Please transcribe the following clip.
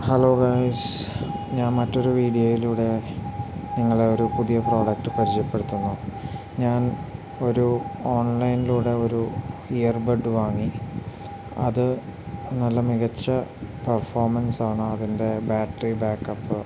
hello guys ഞാൻ മറ്റൊരു വീഡിയോയിലൂടെ നിങ്ങളെ ഒരു പുതിയ പ്രോഡക്റ്റ് പരിചയപ്പെടുത്തുന്നു ഞാൻ ഒരു ഓൺലൈനിലൂടെ ഒരു ഇയർബഡ് വാങ്ങി അത് നല്ല മികച്ച പെർഫോമൻസ് ആണ് അതിൻ്റെ ബാറ്ററി ബാക്കപ്പ്